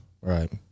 Right